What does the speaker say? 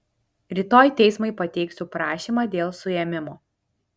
rytoj teismui pateiksiu prašymą dėl suėmimo